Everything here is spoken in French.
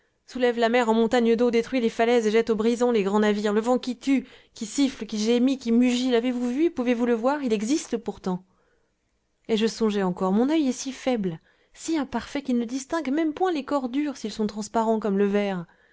soulève la mer en montagnes d'eau détruit les falaises et jette aux brisants les grands navires le vent qui tue qui siffle qui gémit qui mugit l'avez-vous vu et pouvez-vous le voir il existe pourtant et je songeais encore mon oeil est si faible si imparfait qu'il ne distingue même point les corps durs s'ils sont transparents comme le verre